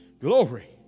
Glory